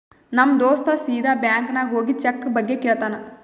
ನಮ್ ದೋಸ್ತ ಸೀದಾ ಬ್ಯಾಂಕ್ ನಾಗ್ ಹೋಗಿ ಚೆಕ್ ಬಗ್ಗೆ ಕೇಳ್ತಾನ್